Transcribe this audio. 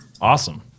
Awesome